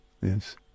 yes